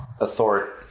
authority